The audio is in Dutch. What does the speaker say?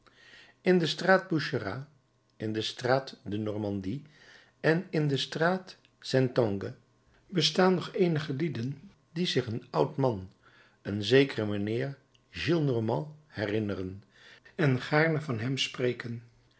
in de straat boucherat in de straat de normandie en in de straat saintonge bestaan nog eenige lieden die zich een oud man een zekeren mijnheer gillenormand herinneren en gaarne van hem spreken